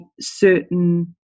certain